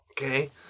Okay